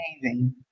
amazing